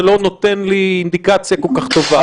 זה לא נותן לי אינדיקציה כל כך טובה.